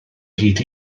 hyd